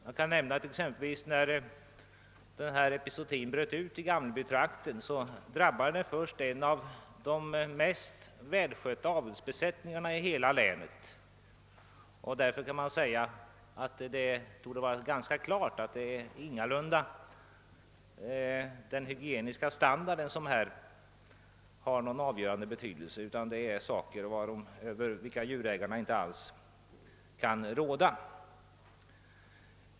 Jag kan nämna att när epizootin bröt ut i Gamlebytrakten drabbade den först en av de mest välskötta avelsbesättningarna i hela länet. Därför torde det vara ganska klart, att det ingalunda är den hygieniska standarden som här har någon avgörande betydelse, utan det är omständigheter över vilka djurägaren inte alls kan råda.